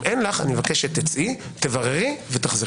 אם אין לך, אנא צאי, בררי ותחזרי.